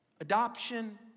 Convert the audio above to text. adoption